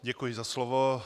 Děkuji za slovo.